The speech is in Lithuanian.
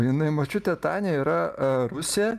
jinai močiutė tania yra rusė